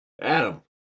Adam